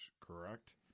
correct